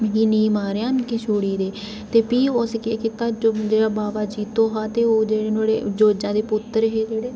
मिगी नीं मारेआं मिगी छोड़ी दे ते फ्ही उस केह् कीत्ता जेह्ड़ा बावा जित्तो हा ते नुहाड़े जोजां दे पुत्र हे